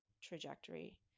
trajectory